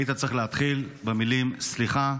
היית צריך להתחיל במילים: סליחה,